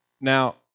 Now